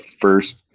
first